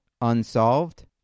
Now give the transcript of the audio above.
unsolved